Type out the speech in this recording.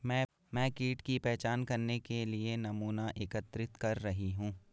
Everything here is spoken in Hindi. मैं कीट की पहचान करने के लिए नमूना एकत्रित कर रही हूँ